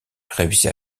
réussit